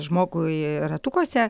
žmogui ratukuose